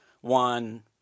one